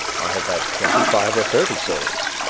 i have had twenty-five or thirty souls,